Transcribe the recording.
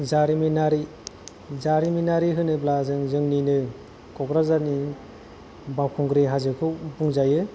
जारिमिनारि जारिमिनारि होनोब्ला जों जोंनिनो क'क्राझारनि बावखुंग्रि हाजोखौ बुंजायो